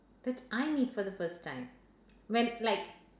that I meet for the first time when like